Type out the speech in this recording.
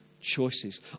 Choices